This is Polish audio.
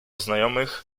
znajomych